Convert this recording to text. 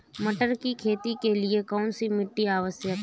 मटर की खेती के लिए कौन सी मिट्टी आवश्यक है?